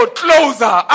closer